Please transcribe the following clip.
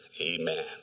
Amen